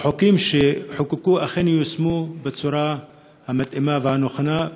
והחוקים שחוקקו אכן ייושמו בצורה המתאימה והנכונה,